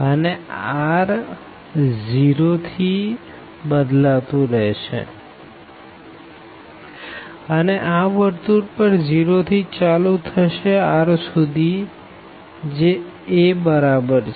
અને r 0 થી બદલાતું રેહશેએ આ સર્કલ પર 0 થી ચાલુ થશે r સુધી જે a બરાબર છે